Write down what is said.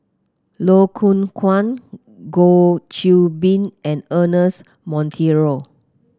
Loh Hoong Kwan Goh Qiu Bin and Ernest Monteiro